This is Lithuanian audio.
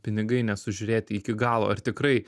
pinigai nesužiūrėti iki galo ar tikrai